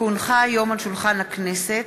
כי הונחו היום על שולחן הכנסת,